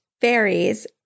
fairies